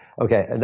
okay